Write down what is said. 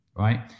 Right